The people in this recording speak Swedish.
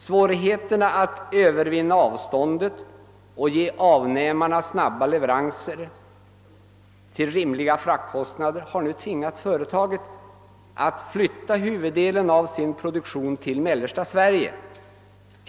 Svårigheterna att övervinna avståndet och ge avnämarna snabba leveranser till rimliga fraktkostnader har nu tvingat företaget att flytta huvuddelen av sin produktion till mellersta Sverige.